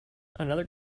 another